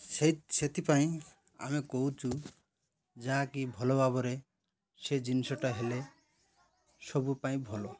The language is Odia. ସେଥିପାଇଁ ଆମେ କହୁଛୁ ଯାହାକି ଭଲ ଭାବରେ ସେ ଜିନିଷଟା ହେଲେ ସବୁ ପାଇଁ ଭଲ